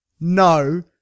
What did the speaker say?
No